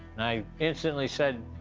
and i instantly said,